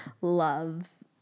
loves